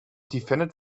defended